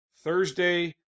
Thursday